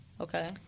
Okay